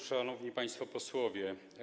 Szanowni Państwo Posłowie!